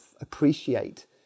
appreciate